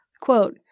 quote